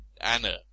Anna